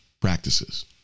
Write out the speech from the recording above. practices